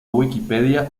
wikipedia